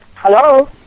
Hello